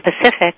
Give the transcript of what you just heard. Pacific